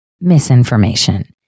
misinformation